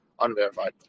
unverified